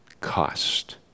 cost